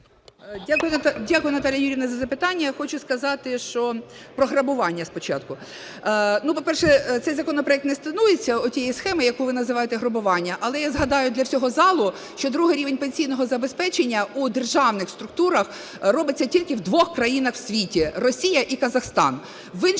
Дякую, Наталія Юріївна, за запитання. Я хочу сказати про грабування спочатку. Ну, по-перше, цей законопроект не стосується отієї схеми, яку ви називаєте "грабування". Але я згадаю для всього залу, що другий рівень пенсійного забезпечення у державних структурах робиться тільки в двох країнах в світі – Росія і Казахстан.